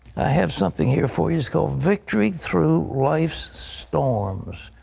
have something here for you. it's called victory through life's storms.